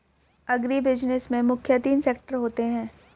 agribusiness में मुख्य तीन सेक्टर होते है